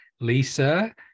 Lisa